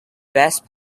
best